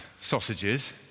sausages